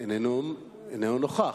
איננו נוכח.